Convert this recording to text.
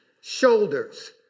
Shoulders